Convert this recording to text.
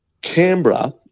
Canberra